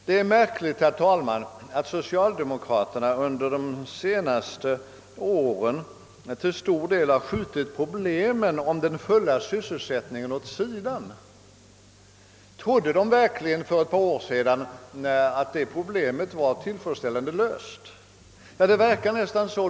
Det är märkligt, herr talman, att socialdemokraterna under de senaste åren till stor del skjutit problemen om den fulla sysselsättningen åt sidan. Trodde de verkligen för ett par år sedan att det problemet var för lång tid framåt tillfredsställande löst? Det verkar nästan så.